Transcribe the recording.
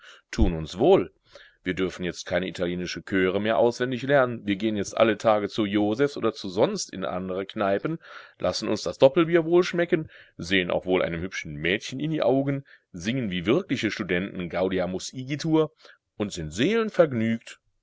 tun uns wohl wir dürfen jetzt keine italienische chöre mehr auswendig lernen wir gehen jetzt alle tage zu josephs oder sonst in andere kneipen lassen uns das doppelbier wohlschmecken sehen auch wohl einem hübschen mädchen in die augen singen wie wirkliche studenten gaudeamus igitur und sind seelenvergnügt